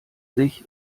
sich